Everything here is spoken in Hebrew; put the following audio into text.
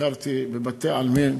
ביקרתי בבתי-עלמין.